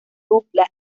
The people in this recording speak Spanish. dupla